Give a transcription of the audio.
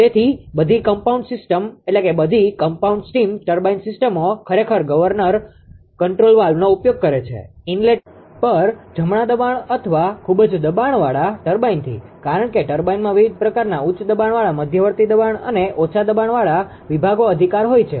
તેથી બધી compound steam turbine સિસ્ટમો ખરેખર ગવર્નર કંટ્રોલ વાલ્વનો ઉપયોગ કરે છે ઇનલેટ પર જમણા દબાણ અથવા ખૂબ જ દબાણવાળા ટર્બાઇનથી કારણ કે ટર્બાઇનમાં વિવિધ પ્રકારનાં ઉચ્ચ દબાણવાળા મધ્યવર્તી દબાણ અને ઓછા દબાણવાળા વિભાગો અધિકાર હોય છે